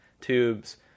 tubes